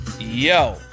Yo